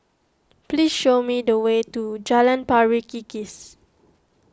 please show me the way to Jalan Pari Kikis